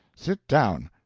sit down!